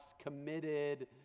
committed